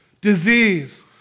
disease